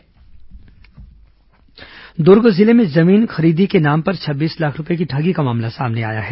ठगी दुर्ग जिले में जमीन खरीदी के नाम पर छब्बीस लाख रूपये की ठगी का मामला सामने आया है